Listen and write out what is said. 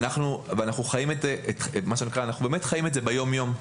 ואנחנו באמת חיים את זה ביומיום,